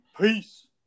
Peace